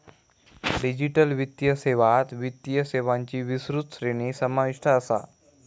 digital वित्तीय सेवात वित्तीय सेवांची विस्तृत श्रेणी समाविष्ट असा